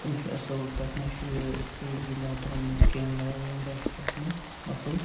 تِم چھِ اَصٕل تتھ مَنٛز چھُ یہِ یمو ترٛوومُت کیمرا ویمرا چھُ تتھ مَنٛز اَصٕل